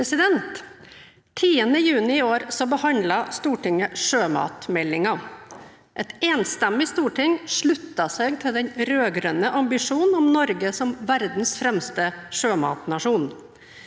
Den 10. juni i år behandlet Stortinget sjømatmeldingen. Et enstemmig storting sluttet seg til den rød-grønne ambisjonen om Norge som verdens fremste sjømatnasjon.